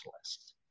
list